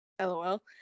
lol